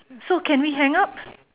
so can we hang up